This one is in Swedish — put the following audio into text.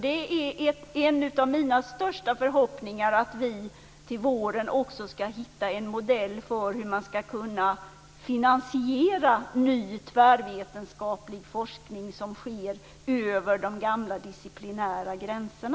Det är en av mina största förhoppningar att vi till våren ska hitta en modell för hur man ska kunna finansiera ny tvärvetenskaplig forskning som sker över de gamla disciplinära gränserna.